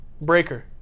Breaker